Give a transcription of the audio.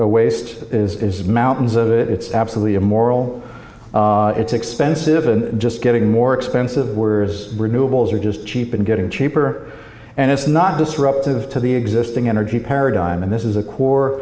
waste is mountains of it it's absolutely immoral it's expensive and just getting more expensive removals are just cheap and getting cheaper and it's not disruptive to the existing energy paradigm and this is a core